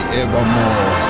evermore